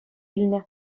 илнӗ